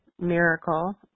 miracle